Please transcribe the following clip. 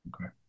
Okay